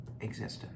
existence